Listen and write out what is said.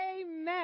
Amen